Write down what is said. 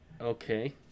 okay